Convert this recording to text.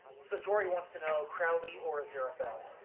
so jory wants to know crowley or aziraphale?